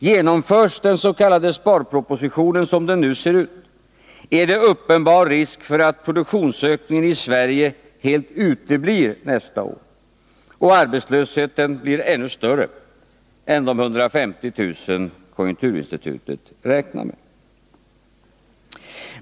Genomförs den s.k. sparpropositionen som den nu ser ut är det uppenbar risk för att produktionsökningen i Sverige helt uteblir nästa år och arbetslösheten blir ännu större än de 150 000 konjunkturinstitutet räknar med.